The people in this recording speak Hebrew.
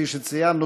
שכפי שכבר ציינו,